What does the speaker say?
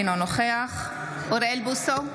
אינו נוכח אוריאל בוסו,